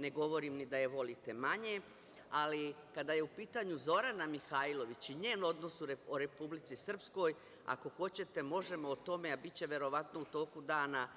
Ne govorim ni da je volite manje, ali kada je u pitanju Zorana Mihajlović i njen odnos o Republici Srpskoj, ako hoćete, možemo o tome, a biće verovatno u toku dana